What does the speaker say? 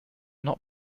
not